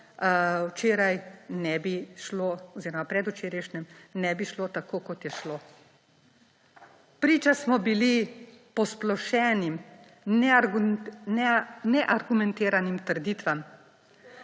včeraj oziroma predvčerajšnjim, ne bi šlo tako, kot je šlo. Priča smo bili posplošenim, neargumentiranim trditvam.